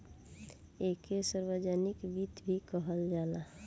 ऐइके सार्वजनिक वित्त भी कहल जाला